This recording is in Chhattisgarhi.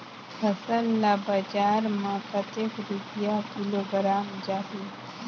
फसल ला बजार मां कतेक रुपिया किलोग्राम जाही?